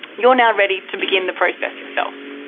you're now ready to begin the process yourself.